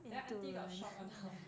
then aunty got shocked or not